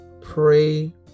pray